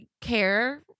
care